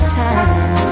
time